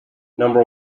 number